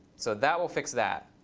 so that will fix that.